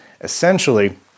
Essentially